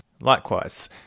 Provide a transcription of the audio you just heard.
Likewise